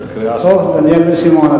אוה, דניאל בן-סימון.